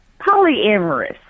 polyamorous